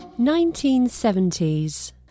1970s